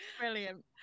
Brilliant